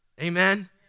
Amen